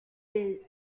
del